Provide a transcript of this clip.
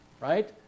right